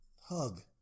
hug